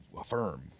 affirm